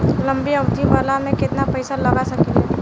लंबी अवधि वाला में केतना पइसा लगा सकिले?